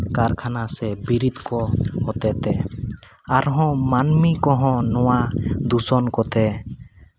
ᱠᱟᱨᱠᱷᱟᱱᱟ ᱥᱮ ᱵᱤᱨᱤᱫ ᱠᱚ ᱦᱚᱛᱮᱛᱮ ᱟᱨᱦᱚᱸ ᱢᱟᱹᱱᱢᱤ ᱠᱚᱦᱚᱸ ᱱᱚᱣᱟ ᱫᱩᱥᱚᱱ ᱠᱚᱛᱮ